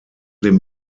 den